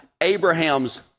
Abraham's